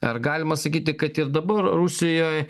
ar galima sakyti kad ir dabar rusijoj